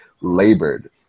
labored